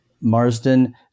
marsden